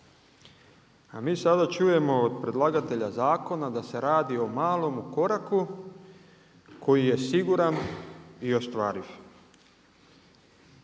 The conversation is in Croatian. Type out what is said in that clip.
A mi sada čujemo od predlagatelja zakona da se radi o malom koraku koji je siguran i ostvariv.